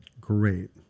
Great